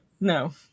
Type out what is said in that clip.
No